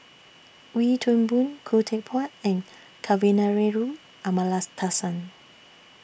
Wee Toon Boon Khoo Teck Puat and Kavignareru Amallathasan